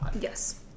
Yes